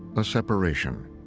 a separation.